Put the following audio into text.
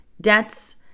debts